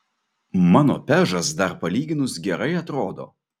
mano pežas dar palyginus gerai atrodo